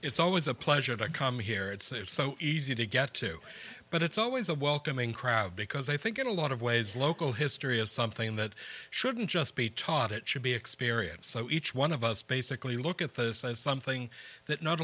it's always a pleasure to come here and say it's so easy to get to but it's always a welcoming crowd because i think in a lot of ways local history is something that shouldn't just be taught it should be experience so each one of us basically look at this as something that not